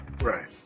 Right